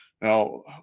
Now